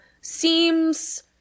Seems